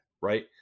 right